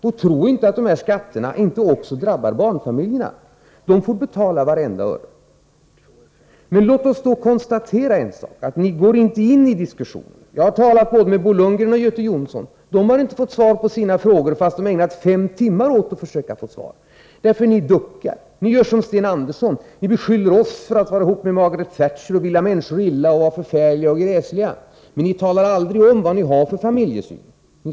Och tro inte att de skatterna inte drabbar också barnfamiljerna — de får betala vartenda öre. Låt oss konstatera att ni inte går in i en diskussion. Jag har talat med Bo Lundgren och Göte Jonsson — de har inte fått svar på sina frågor, fast de har ägnat fem timmar åt att försöka få svar. Ni duckar. Och ni gör som Sten Andersson, beskyller oss för att vara ihop med Margaret Thatcher, vilja människor illa och vara förfärliga och gräsliga. Men ni talar aldrig om vad ni har för familjesyn.